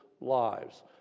lives